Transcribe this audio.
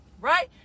right